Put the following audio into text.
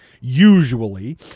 Usually